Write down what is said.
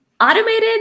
Automated